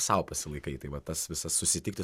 sau pasilaikai tai vat tas visas susitikti